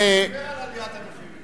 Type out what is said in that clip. מולה דיבר בעיקר על עליית המחירים.